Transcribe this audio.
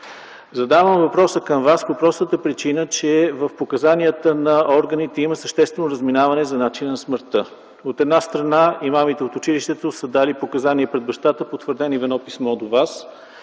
Задавам въпроса към Вас по простата причина, че в показанията на органите има съществено разминаване за начина на смъртта. От една страна, имамите от училището са дали показания пред бащата, потвърдени в едно писмо до Вас,